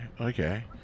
okay